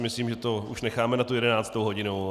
Myslím si, že to už necháme na jedenáctou hodinu.